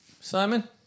Simon